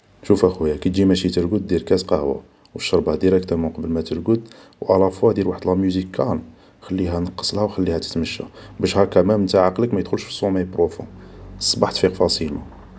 شوف اخويا كي تجي ماشي ترقد دير كاس قهوة و شربه ديراكتومون قبل ما ترقد و الافوا دير واحد لا موزيك كالم نقصلها ة خليها تتمشى باش هاكا مام نتا عقلك ما يدخلش في الصوماي بروفون, صبح تفيق فاسيلمون